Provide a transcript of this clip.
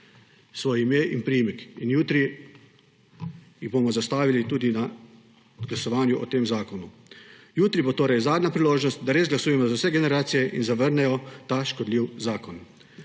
svoje ime in priimek in jutri ju bomo zastavili tudi na glasovanju o tem zakonu. Jutri bo torej zadnja priložnost, da res glasujemo za vse generacije in zavrnemo ta škodljiv zakon.